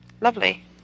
lovely